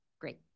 Great